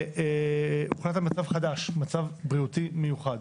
ונוצר מצב חדש, מצב בריאותי מיוחד.